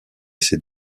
ces